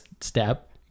step